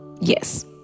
Yes